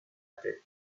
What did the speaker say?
tête